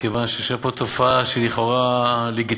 מכיוון שיש לך פה תופעה שהיא לכאורה לגיטימית,